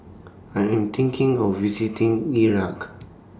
I Am thinking of visiting Iraq